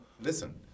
listen